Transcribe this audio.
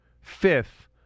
fifth